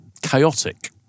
chaotic